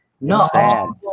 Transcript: No